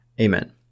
Amen